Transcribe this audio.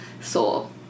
soul